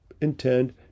intend